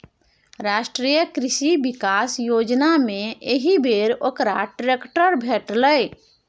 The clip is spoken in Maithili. राष्ट्रीय कृषि विकास योजनामे एहिबेर ओकरा ट्रैक्टर भेटलै